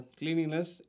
cleanliness